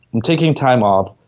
i'm taking time off.